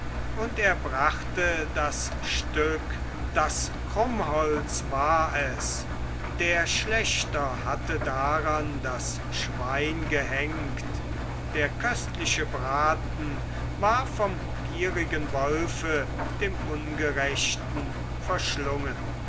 und er brachte das stück das krummholz war es der schlächter hatte daran das schwein gehängt der köstliche braten war vom gierigen wolfe dem ungerechten verschlungen